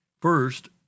First